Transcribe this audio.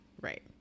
right